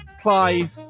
Clive